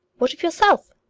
what of yourself?